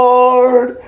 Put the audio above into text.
Lord